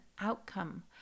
outcome